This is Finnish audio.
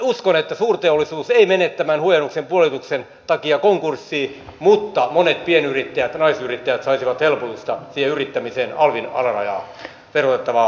uskon että suurteollisuus ei mene tämän huojennuksen puolituksen takia konkurssiin mutta monet pienyrittäjät ja naisyrittäjät saisivat helpotusta siihen yrittämiseen alvin verotettavaa alarajaa nostamalla